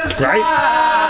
Right